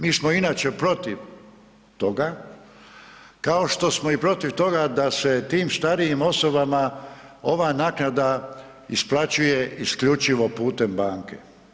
Mi smo inače protiv toga, kao što smo i protiv toga da se tim starijim osobama ova naknada isplaćuje isključivo putem banke.